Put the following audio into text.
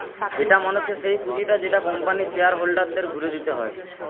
এটা মনে হচ্ছে সেই পুঁজিটা যেটা কোম্পানির শেয়ার হোল্ডারদের ঘুরে দিতে হয়